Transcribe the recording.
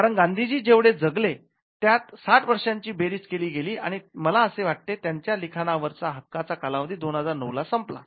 कारण गांधी जेवढे जगले त्यात साठ वर्षांची बेरीज केली गेली आणि मला असे वाटते त्यांच्या लिखाणावर च्या हक्काचा कालावधी २००९ ला संपला